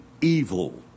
evil